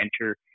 enter